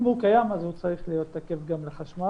אם הוא קיים הוא צריך להיות תקף גם לחשמל,